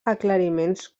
aclariments